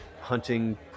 hunting